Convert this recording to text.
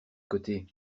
côté